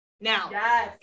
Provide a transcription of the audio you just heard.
Now